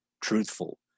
truthful